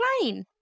plane